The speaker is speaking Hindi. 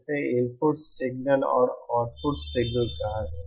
इसे इनपुट सिग्नल और आउटपुट सिग्नल कहा जाता है